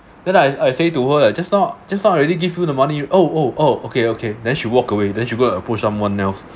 then I I say to her leh just now just now already give you the money you oh oh oh okay okay then she walk away then she go and approach someone else